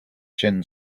chin